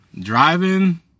driving